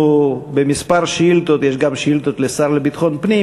יש גם שאילתות לשר לביטחון הפנים,